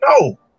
No